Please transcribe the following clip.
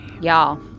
Y'all